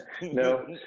no